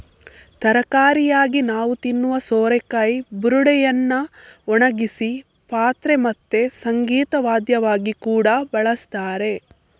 ತರಕಾರಿಯಾಗಿ ನಾವು ತಿನ್ನುವ ಸೋರೆಕಾಯಿ ಬುರುಡೆಯನ್ನ ಒಣಗಿಸಿ ಪಾತ್ರೆ ಮತ್ತೆ ಸಂಗೀತ ವಾದ್ಯವಾಗಿ ಕೂಡಾ ಬಳಸ್ತಾರೆ